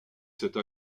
cette